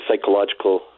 psychological